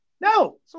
No